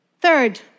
Third